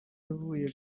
ivuye